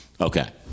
Okay